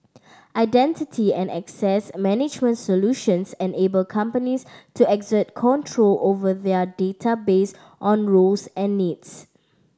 identity and access management solutions enable companies to exert control over their data based on roles and needs